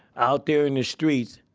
out there in the streets,